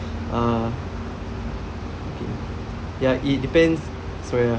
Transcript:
uh ya it depends sorry ah